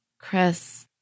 Chris